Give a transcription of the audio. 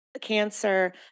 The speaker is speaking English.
Cancer